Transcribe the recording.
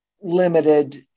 limited